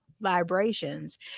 vibrations